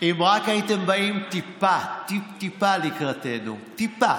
אם רק הייתם באים טיפה, טיפ-טיפה לקראתנו, טיפה,